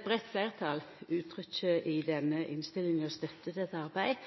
breitt fleirtal uttrykkjer i